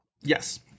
Yes